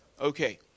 Okay